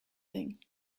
thing